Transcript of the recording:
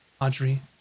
Audrey